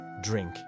drink